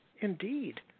indeed